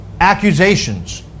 Accusations